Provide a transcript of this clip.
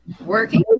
working